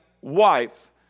wife